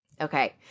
Okay